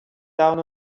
down